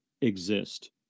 exist